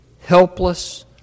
helpless